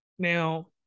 Now